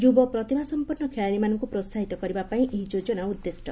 ଯୁବ ପ୍ରତିଭାସମ୍ପନ୍ନ ଖେଳାଳିମାନଙ୍କୁ ପ୍ରୋହାହିତ କରିବାପାଇଁ ଏହି ଯୋଜନା ଉଦ୍ଦିଷ୍ଟ